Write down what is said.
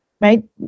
right